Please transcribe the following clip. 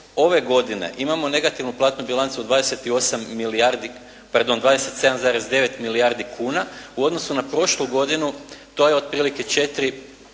ove godine imamo negativnu platnu bilancu od 27,9 milijardi kuna u odnosu na prošlu godinu, to je otprilike 4,9 milijardi